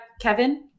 Kevin